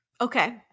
Okay